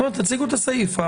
תציגו את הסעיף.